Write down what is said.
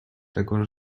tego